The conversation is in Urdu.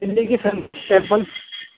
دہلی کی فیمس